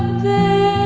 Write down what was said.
the